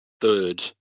Third